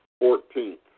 Fourteenth